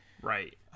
Right